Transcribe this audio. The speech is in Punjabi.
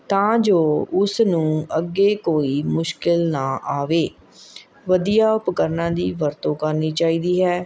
ਤਾਂ ਜੋ ਉਸ ਨੂੰ ਅੱਗੇ ਕੋਈ ਮੁਸ਼ਕਿਲ ਨਾ ਆਵੇ ਵਧੀਆ ਉਪਕਰਨਾਂ ਦੀ ਵਰਤੋਂ ਕਰਨੀ ਚਾਹੀਦੀ ਹੈ